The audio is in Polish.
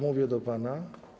Mówię do pana.